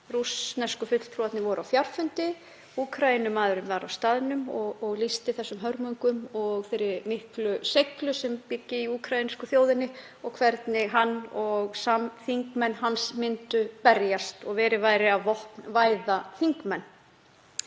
Rússnesku fulltrúarnir voru á fjarfundi, Úkraínumaðurinn var á staðnum og lýsti þessum hörmungum og þeirri miklu seiglu sem byggi í úkraínsku þjóðinni og hvernig hann og samþingmenn hans myndu berjast og verið væri að vopnvæða þingmenn.